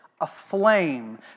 aflame